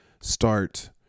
start